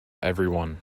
everyone